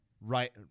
Right